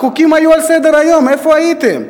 החוקים היו על סדר-היום, איפה הייתם?